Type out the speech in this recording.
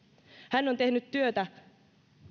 hän on tehnyt työtä